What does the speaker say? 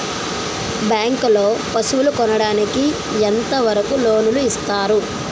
Bank లో పశువుల కొనడానికి ఎంత వరకు లోన్ లు ఇస్తారు?